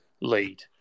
lead